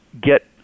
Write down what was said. get